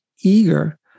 eager